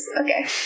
Okay